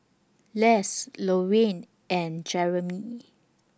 Les Lorraine and Jeramy